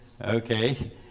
okay